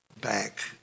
back